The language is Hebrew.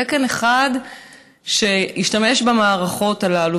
תקן אחד שישתמש במערכות הללו,